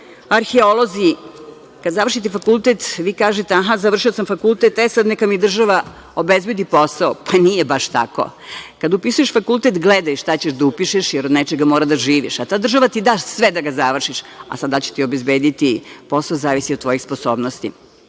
arheolozi. Kad završite fakultet vi kažete – aha, završio sam fakultet, e sad neka mi država obezbedi posao. Pa, nije baš tako. Kad upisuješ fakultet gledaj šta ćeš da upišeš, jer od nečega moraš da živiš, a ta država ti da sve da ga završiš. Sad, da li će ti obezbediti posao, zavisi od tvojih sposobnosti. Zahvaljujem